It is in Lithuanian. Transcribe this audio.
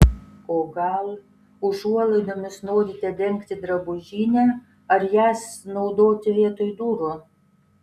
o gal užuolaidomis norite dengti drabužinę ar jas naudoti vietoj durų